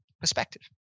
perspective